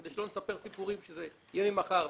כדי שלא נספר סיפורים שזה יהיה ממחר,